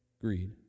greed